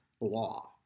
law